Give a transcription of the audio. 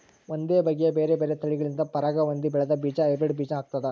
ಒಂದೇ ಬಗೆಯ ಬೇರೆ ಬೇರೆ ತಳಿಗಳಿಂದ ಪರಾಗ ಹೊಂದಿ ಬೆಳೆದ ಬೀಜ ಹೈಬ್ರಿಡ್ ಬೀಜ ಆಗ್ತಾದ